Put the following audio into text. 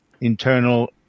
internal